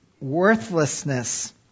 worthlessness